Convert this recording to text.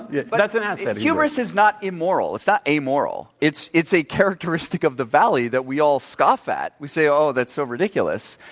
yeah but that's an asset. hubris is not immoral it's not amoral it's it's a characteristic of the valley that we all scoff at. we say, oh that's so ridiculous,